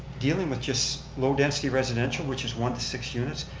dealing with just low density residential, which is one to six units,